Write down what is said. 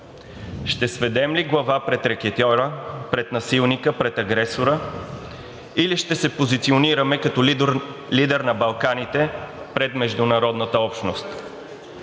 Ще сведем ли глава пред рекетьора, пред насилника, пред агресора, или ще се позиционираме като лидер на Балканите пред международната общност?